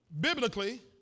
biblically